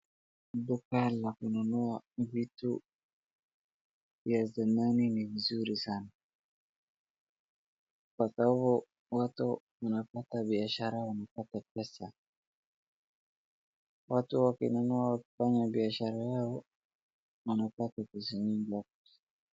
Duka la kununua vitu ya zamani ni mzuri sana, kwa sababu watu wanapata biashara wanapata pesa. Watu wakinunua kwenye biashara yao wanapata pesa nyingi hapo.